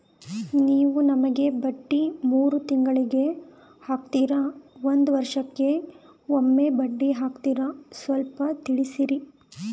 ನೀವು ನಮಗೆ ಬಡ್ಡಿ ಮೂರು ತಿಂಗಳಿಗೆ ಹಾಕ್ತಿರಾ, ಒಂದ್ ವರ್ಷಕ್ಕೆ ಒಮ್ಮೆ ಬಡ್ಡಿ ಹಾಕ್ತಿರಾ ಸ್ವಲ್ಪ ತಿಳಿಸ್ತೀರ?